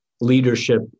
leadership